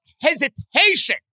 hesitation